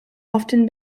often